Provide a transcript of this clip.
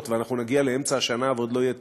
ואנחנו נגיע לאמצע השנה ועוד לא יהיה תקציב,